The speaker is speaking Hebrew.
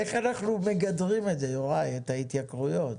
איך אנחנו מגדרים את זה יוראי, את ההתייקרויות.